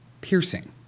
piercing